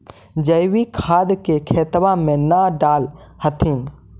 जैवीक खाद के खेतबा मे न डाल होथिं?